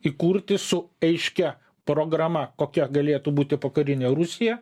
įkurti su aiškia programa kokia galėtų būti pokarinė rusija